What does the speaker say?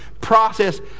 process